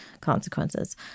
consequences